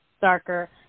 darker